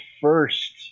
first